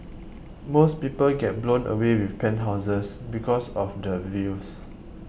most people get blown away with penthouses because of the views